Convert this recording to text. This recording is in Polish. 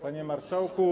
Panie Marszałku!